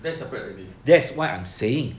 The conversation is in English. that's separate already